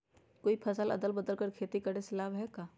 कोई फसल अदल बदल कर के खेती करे से लाभ है का?